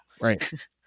Right